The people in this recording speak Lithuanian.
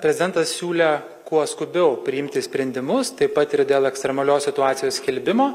prezidentas siūlė kuo skubiau priimti sprendimus taip pat ir dėl ekstremalios situacijos skelbimo